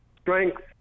strength